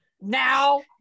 Now